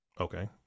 Okay